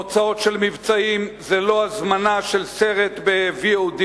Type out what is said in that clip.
תוצאות של מבצעים זה לא הזמנה של סרט ב-VOD,